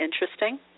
interesting